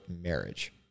marriage